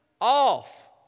off